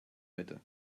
mitte